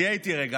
תהיה איתי רגע.